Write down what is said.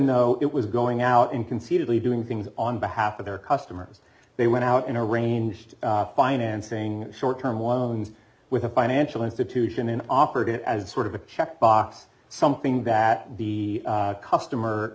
though it was going out in conceivably doing things on behalf of their customers they went out in arranged financing short term loans with a financial institution and operated as a sort of a check box something that the customer